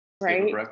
right